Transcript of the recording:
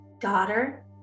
daughter